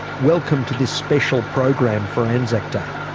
welcome to this special program for anzac day.